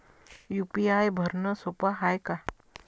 UPI भरनं सोप हाय का?